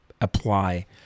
apply